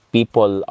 people